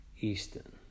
Easton